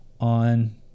on